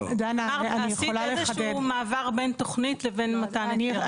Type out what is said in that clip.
עשית איזשהו מעבר בין תוכנית לבין מתן היתר.